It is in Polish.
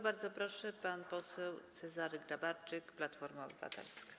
Bardzo proszę, pan poseł Cezary Grabarczyk, Platforma Obywatelska.